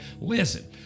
Listen